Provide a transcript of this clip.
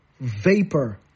vapor